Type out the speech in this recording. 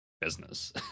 business